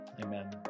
Amen